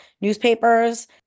newspapers